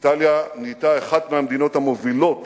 איטליה היתה אחת המדינות המובילות